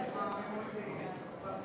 בבקשה, אדוני.